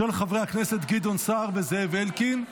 של חברי הכנסת גדעון סער וזאב אלקין.